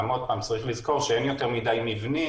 צריך לזכור שאין יותר מידי מבנים.